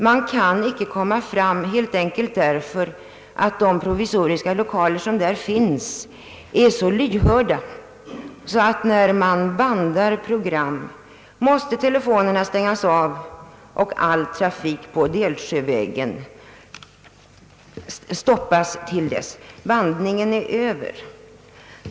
Man kan icke komma fram helt enkelt därför att de provisoriska lokalerna är så lyhörda, att när man bandar program så måste telefonerna stängas av och all trafik på Delsjövägen stoppas till dess bandningen är över.